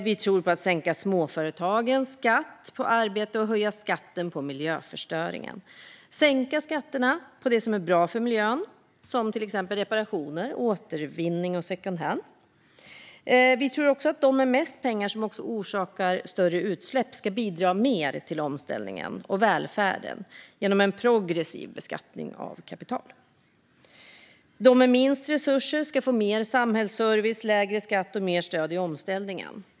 Vi tror på att sänka småföretagens skatt på arbete och höja skatten på miljöförstöring. Vi vill sänka skatterna på det som är bra för miljön som reparationer, återvinning och second hand. Vi tror på att de med mest pengar, som också orsakar större utsläpp, ska bidra mer till omställningen och välfärden genom en progressiv beskattning av kapital. De med minst resurser ska få mer samhällsservice, lägre skatt och mer stöd i omställningen.